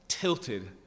tilted